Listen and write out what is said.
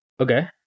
Okay